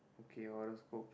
okay horoscope